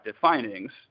findings